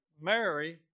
Mary